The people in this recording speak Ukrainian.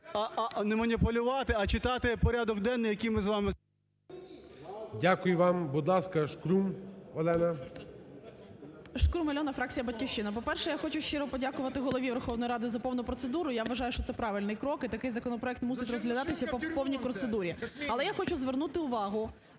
не маніпулювати, а читати порядок денний, який ми з вами… ГОЛОВУЮЧИЙ. Дякую вам. Будь ласка, Шкрум Олена. 13:58:58 ШКРУМ А.І. Шкрум Альона, фракція "Батьківщина". По-перше, я хочу щиро подякувати Голові Верховної Ради за повну процедуру. Я вважаю, що це правильний крок, і такий законопроект мусить розглядатися по повній процедурі. Але я хочу звернути увагу